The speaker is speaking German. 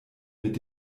mit